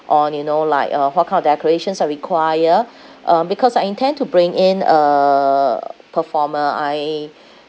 on you know like uh what kind of decorations I require um because I intend to bring in uh performer I